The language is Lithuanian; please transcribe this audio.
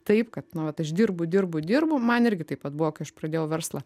taip kad nu vat aš dirbu dirbu dirbu man irgi taip pat buvo kai aš pradėjau verslą